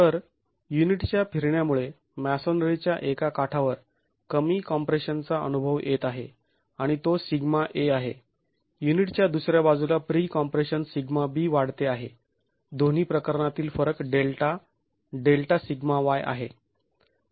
तर युनिटच्या फिरण्यामुळे मॅसोनरीच्या एका काठावर कमी कॉम्प्रेशनचा अनुभव येत आहे आणि तो σa आहे युनिटच्या दुसऱ्या बाजूला प्री कॉम्प्रेशन σb वाढते आहे दोन्ही प्रकरणातील फरक डेल्टा Δσy आहे